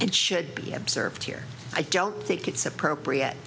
and should be observed here i don't think it's appropriate